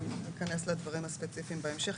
אבל ניכנס לדברים הספציפיים בהמשך,